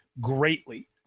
greatly